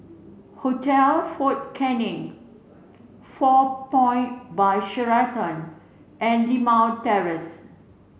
Hotel Fort Canning Four Point By Sheraton and Limau Terrace